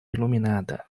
iluminada